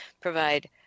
provide